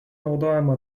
naudojama